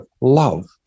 Love